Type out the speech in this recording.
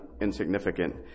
insignificant